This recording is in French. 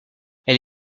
elle